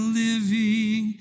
living